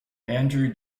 andrew